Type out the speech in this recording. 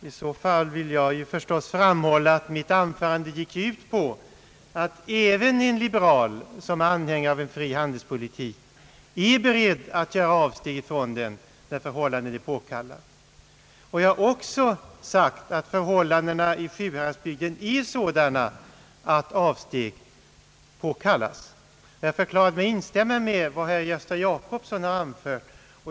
I så fall vill jag framhålla att mitt anförande gick ut på att även en liberal — alltså anhängare av en fri handelspolitik — är beredd att göra avsteg från denna när förhållandena så kräver. Jag har också sagt att situationen i Sjuhäradsbygden är sådan, att avsteg är berättigade. Och jag har förklarat att jag instämmer med vad herr Gösta Jacobsson har anfört.